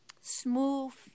smooth